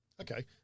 okay